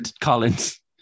collins